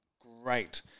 great